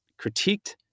critiqued